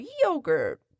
yogurt